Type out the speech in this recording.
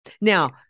now